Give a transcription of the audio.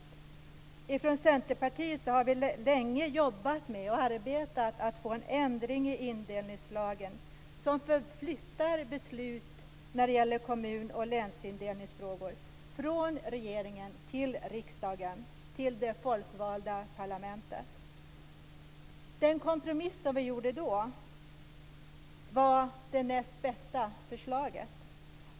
Vi från Centerpartiet har länge arbetat för en ändring i indelningslagen som flyttar beslut om kommun och länsindelningsfrågor från regeringen till riksdagen, till det folkvalda parlamentet. Den kompromiss som vi då gjorde var det näst bästa förslaget.